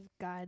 God